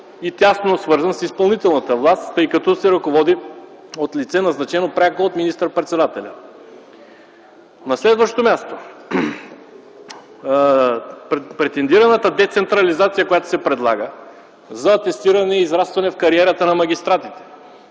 и тясно свързан с изпълнителната власт, тъй като се ръководи от лице, назначено пряко от министър-председателя. На следващо място – претендираната децентрализация, която се предлага за атестиране и израстване в кариерата на магистратите.